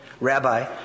Rabbi